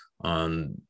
on